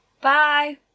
Bye